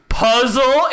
puzzle